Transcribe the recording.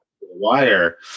wire